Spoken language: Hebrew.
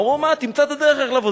אמרו: מה, תמצא את הדרך לבוא.